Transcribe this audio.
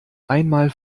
einmal